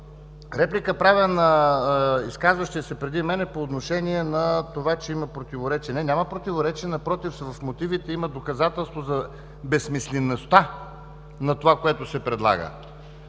Реплика правя на изказващия се преди мен по отношение на това, че има противоречие. Не, няма противоречие, напротив – в мотивите има доказателство за безсмислеността на това, което се предлага.